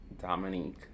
Dominique